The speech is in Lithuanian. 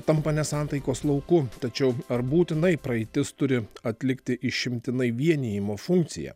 tampa nesantaikos lauku tačiau ar būtinai praeitis turi atlikti išimtinai vienijimo funkciją